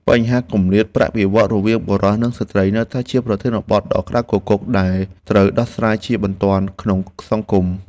បញ្ហាគម្លាតប្រាក់បៀវត្សរ៍រវាងបុរសនិងស្ត្រីនៅតែជាប្រធានបទដ៏ក្តៅគគុកដែលត្រូវដោះស្រាយជាបន្ទាន់ក្នុងសង្គម។